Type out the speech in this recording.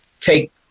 take